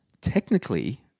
Technically